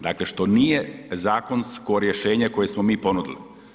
Dakle, što nije zakonsko rješenje koje smo mi ponudili.